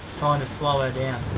trynna slow her down.